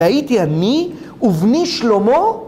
הייתי אני ובני שלמה